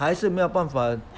还是没有办法